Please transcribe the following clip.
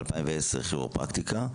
ב-2010 כירופרקטיקה,